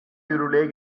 yürürlüğe